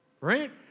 Right